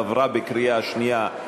עברה בקריאה שנייה,